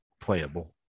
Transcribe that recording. playable